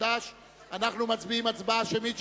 חד"ש אנחנו מצביעים הצבעה שמית,